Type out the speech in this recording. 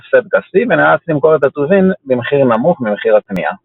הפסד כספי ונאלץ למכור את הטובין במחיר נמוך ממחיר הקנייה.